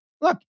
look